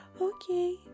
Okay